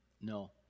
No